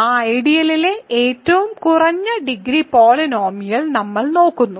ആ ഐഡിയലിലെ ഏറ്റവും കുറഞ്ഞ ഡിഗ്രി പോളിനോമിയൽ നമ്മൾ നോക്കുന്നു